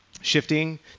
shifting